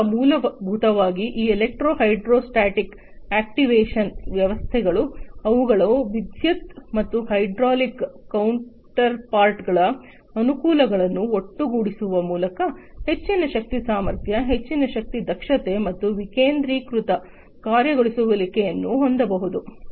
ಆದ್ದರಿಂದ ಮೂಲಭೂತವಾಗಿ ಈ ಎಲೆಕ್ಟ್ರೋ ಹೈಡ್ರೋಸ್ಟಾಟಿಕ್ ಆಕ್ಟಿವೇಷನ್ ವ್ಯವಸ್ಥೆಗಳು ಅವುಗಳ ವಿದ್ಯುತ್ ಮತ್ತು ಹೈಡ್ರಾಲಿಕ್ ಕೌಂಟರ್ಪಾರ್ಟ್ಗಳ ಅನುಕೂಲಗಳನ್ನು ಒಟ್ಟುಗೂಡಿಸುವ ಮೂಲಕ ಹೆಚ್ಚಿನ ಶಕ್ತಿ ಸಾಮರ್ಥ್ಯ ಹೆಚ್ಚಿನ ಶಕ್ತಿಯ ದಕ್ಷತೆ ಮತ್ತು ವಿಕೇಂದ್ರೀಕೃತ ಕಾರ್ಯಗತಗೊಳಿಸುವಿಕೆಯನ್ನು ಹೊಂದಬಹುದು